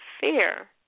fear